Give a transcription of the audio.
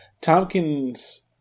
Tompkins